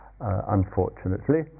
unfortunately